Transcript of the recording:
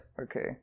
Okay